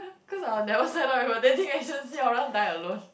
cause I'll never set up with a dating agency I'll rather die alone